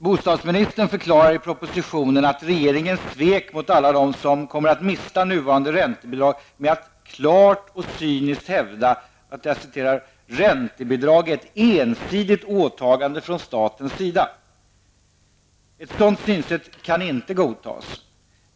Bostadsministern förklarar i propositionen regeringens svek mot alla dem som kommer att mista nuvarande räntebidrag med att klart och cyniskt hävda att ''räntebidrag är ett ensidigt åtagande från statens sida''. Ett sådant synsätt kan inte godtas.